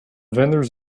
vendors